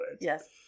Yes